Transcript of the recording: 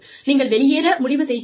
நீங்கள் வெளியேற முடிவு செய்கிறீர்கள்